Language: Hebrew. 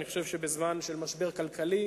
אני חושב שבזמן של משבר כלכלי,